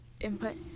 input